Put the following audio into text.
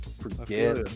forget